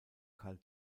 karl